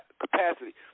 capacity